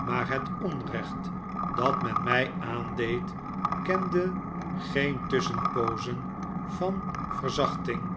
maar het onrecht dat men mij aandeed kende geen tusschenpoozen van verzachting